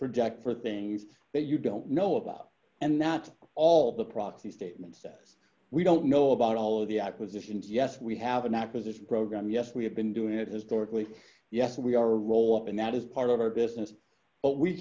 project for things that you don't know about and that all the proxy statements that we don't know about all of the acquisitions yes we have an acquisition program yes we have been doing it is quarterly yes we are roll up and that is part of our business but we